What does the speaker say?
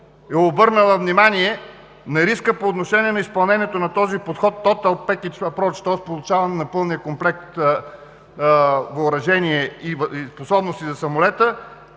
е обърнала внимание на риска по отношение на изпълнението на този подход при получаване на пълния комплект въоръжение и способности за самолета,